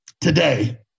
today